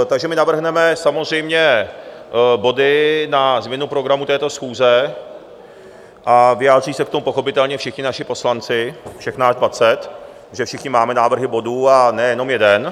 Takže my navrhneme samozřejmě body na změnu programu této schůze a vyjádří se k tomu pochopitelně všichni naši poslanci, všech nás dvacet, protože všichni máme návrhy bodů, a ne jenom jeden.